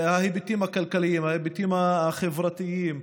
ההיבטים הכלכליים, ההיבטים החברתיים,